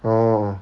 orh